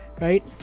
right